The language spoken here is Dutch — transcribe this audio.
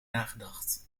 nagedacht